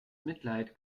mitleid